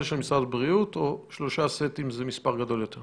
זה של משרד הבריאות או ש"שלושה סטים" זה מספר גדול יותר?